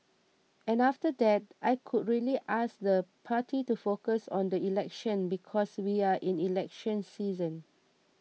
and after that I could really ask the party to focus on the election because we are in election season